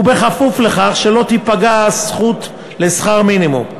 ובכפוף לכך שלא תיפגע הזכות לשכר מינימום.